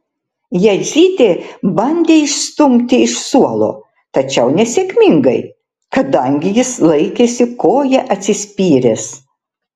jadzytė bandė išstumti iš suolo tačiau nesėkmingai kadangi jis laikėsi koja atsispyręs